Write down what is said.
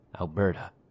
Alberta